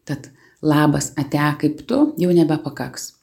tad labas ate kaip tu jau nebepakaks